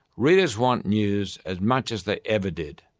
readers want news as much as they ever did.